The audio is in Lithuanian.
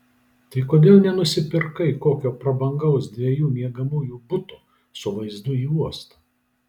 tai kodėl nenusipirkai kokio prabangaus dviejų miegamųjų buto su vaizdu į uostą